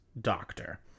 doctor